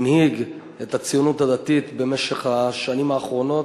הנהיג את הציונות הדתית בשנים האחרונות,